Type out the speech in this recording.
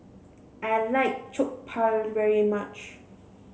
I like Jokbal very much